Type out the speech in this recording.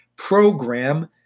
program